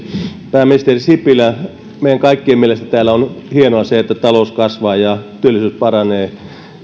pääministeri sipilä meidän kaikkien mielestä täällä on hienoa se että talous kasvaa ja työllisyys paranee